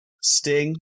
Sting